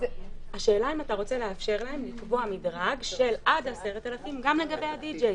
השאלה אם אתה רוצה לאפשר להם לקבוע מדרג של עד 10,000 גם לגבי הדי-ג'יי.